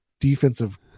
defensive